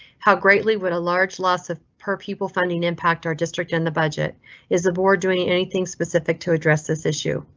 how greatly would a large loss of per pupil funding impact our district in the budget is aboard doing anything specific to address this issue?